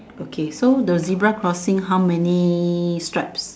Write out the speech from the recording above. okay so the zebra crossing how many stripes